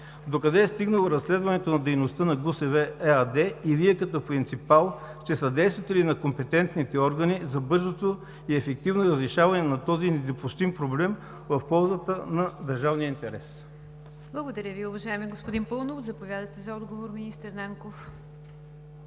докъде е стигнало разследването на дейността на ГУСВ ¬¬– ЕАД, и Вие, като принципал, ще съдействате ли на компетентните органи за бързото и ефективно разрешаване на този недопустим проблем в полза на държавния интерес? ПРЕДСЕДАТЕЛ НИГЯР ДЖАФЕР: Благодаря Ви, уважаеми господин Паунов. Заповядайте за отговор, министър Нанков.